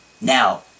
Now